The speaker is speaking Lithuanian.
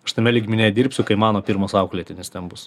aš tame lygmenyje dirbsiu kai mano pirmas auklėtinis ten bus